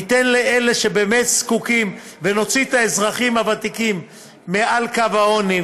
ניתן לאלה שבאמת זקוקים ונוציא את האזרחים הוותיקים מעל קו העוני.